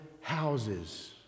houses